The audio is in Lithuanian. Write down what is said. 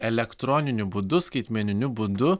elektroniniu būdu skaitmeniniu būdu